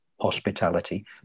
hospitality